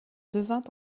devint